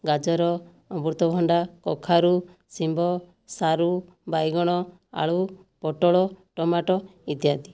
ଗାଜର ଅମୃତଭଣ୍ଡା କଖାରୁ ଶିମ୍ବ ସାରୁ ବାଇଗଣ ଆଳୁ ପୋଟଳ ଟମାଟୋ ଇତ୍ୟାଦି